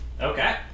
Okay